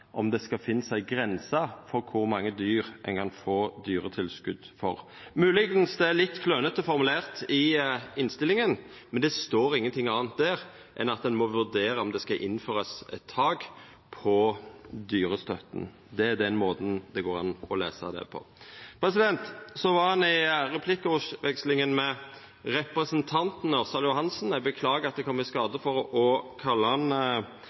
om det skal finnast ei grense for kor mange dyr ein kan få dyretilskot for. Det er moglegvis litt klønete formulert i innstillinga, men det står ingenting anna der enn at ein må vurdera om det skal innførast eit tak på dyrestøtta. Det er den måten det går an å lesa det på. Eg var i replikkordveksling med representanten Ørsal Johansen, og eg beklagar at eg kom i